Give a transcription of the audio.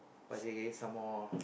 what you say again some more